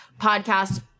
podcast